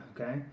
Okay